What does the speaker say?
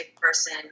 person